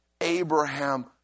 abraham